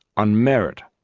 on merit,